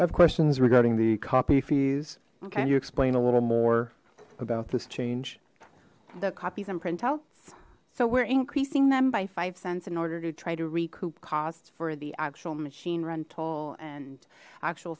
have questions regarding the copy fees can you explain a little more about this change the copies and print outs so we're increasing them by five cents in order to try to recoup costs for the actual machine rental and actual